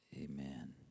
Amen